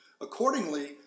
Accordingly